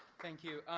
thank you,